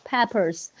Peppers